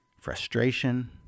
frustration